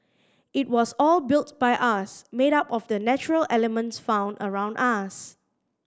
it was all built by us made up of the natural elements found around us